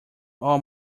all